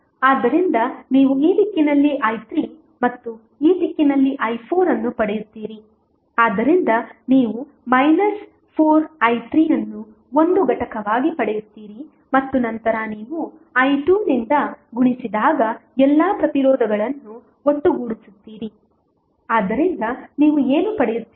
ಆದ್ದರಿಂದ ನೀವು ಈ ದಿಕ್ಕಿನಲ್ಲಿ i3 ಮತ್ತು ಈ ದಿಕ್ಕಿನಲ್ಲಿ i4 ಅನ್ನು ಪಡೆಯುತ್ತೀರಿ ಆದ್ದರಿಂದ ನೀವು 4i3 ಅನ್ನು ಒಂದು ಘಟಕವಾಗಿ ಪಡೆಯುತ್ತೀರಿ ಮತ್ತು ನಂತರ ನೀವು i2 ನಿಂದ ಗುಣಿಸಿದಾಗ ಎಲ್ಲಾ ಪ್ರತಿರೋಧಗಳನ್ನು ಒಟ್ಟುಗೂಡಿಸುತ್ತೀರಿ ಆದ್ದರಿಂದ ನೀವು ಏನು ಪಡೆಯುತ್ತೀರಿ